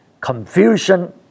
confusion